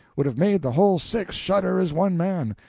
would have made the whole six shudder as one man,